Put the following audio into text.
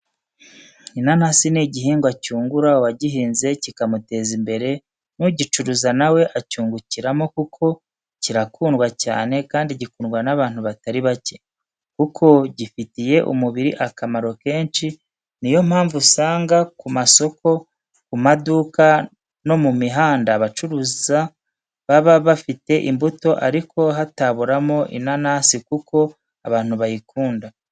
Inanasi ni igihingwa cyungura uwagihinze kikamuteza imbere, n'ugicuruza nawe acyungukiramo, kuko kirakundwa cyane kandi gikundwa n'abantu batari bake, kuko gifitiye umubiri akamaro kenshi, niyo mpamvu usanga ku masoko, ku maduka, no mu mihanda abacuruzi baba bafite imbuto ariko hataburamo inanasi kuko abantu bayikunda.